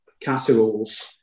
casseroles